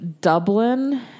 Dublin